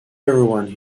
everyone